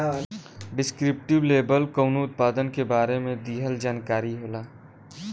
descriptive label कउनो उत्पाद के बारे में दिहल जानकारी होला